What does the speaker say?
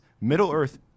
Middle-earth